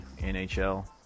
NHL